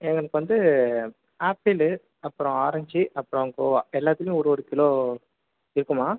எங்களுக்கு வந்து ஆப்பிளு அப்புறம் ஆரஞ்சு அப்புறம் கோவா எல்லாத்துலேயும் ஒரு ஒரு கிலோ இருக்குமா